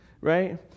right